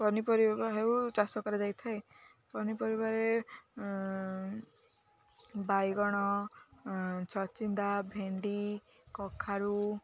ପନିପରିବା ହେଉ ଚାଷ କରାଯାଇଥାଏ ପନିପରିବାରେ ବାଇଗଣ ଛଚିନ୍ଦ୍ରା ଭେଣ୍ଡି କଖାରୁ